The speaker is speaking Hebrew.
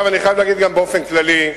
אני חייב להגיד גם באופן כללי,